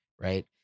right